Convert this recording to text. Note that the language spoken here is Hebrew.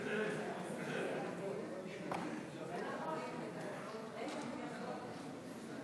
אדוני היושב-ראש, כנסת